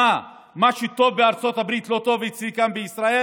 מה, מה שטוב בארצות הברית לא טוב אצלי כאן בישראל?